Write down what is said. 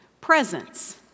Presence